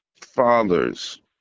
fathers